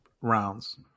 rounds